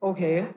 Okay